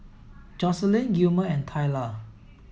Jocelynn Gilmer and Tayla